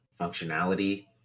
functionality